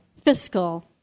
fiscal